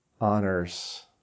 honors